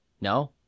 no